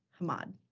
Hamad